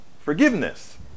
forgiveness